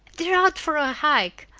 they're out for a hike.